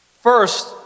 First